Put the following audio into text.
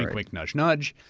and wink, nudge, nudge.